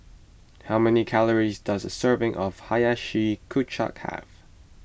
how many calories does a serving of Hiyashi Chuka have